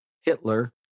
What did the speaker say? Hitler